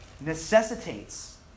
necessitates